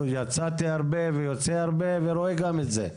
יצאתי הרבה ויוצא הרבה ורואה גם את זה.